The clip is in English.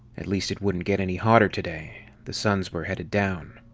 at least it wouldn't get any hotter today the suns were headed down.